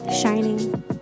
shining